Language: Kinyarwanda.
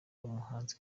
umuhanzi